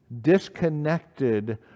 disconnected